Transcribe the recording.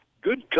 Good